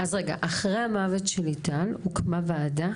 אז רגע, אחרי המוות של ליטל הוקמה ועדה